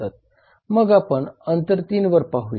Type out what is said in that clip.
मग आपण अंतर 3 वर पाहूया